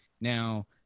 Now